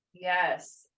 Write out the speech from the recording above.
Yes